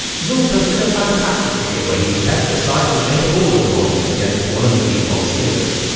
zool posted a fantastic video where he compared the size and shape of all of the models against one of the default skins.